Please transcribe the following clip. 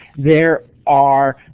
there are